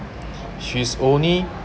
she's only